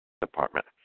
department